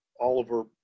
Oliver